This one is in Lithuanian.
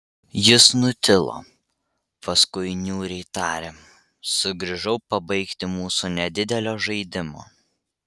jis nutilo paskui niūriai tarė sugrįžau pabaigti mūsų nedidelio žaidimo